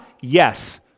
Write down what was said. Yes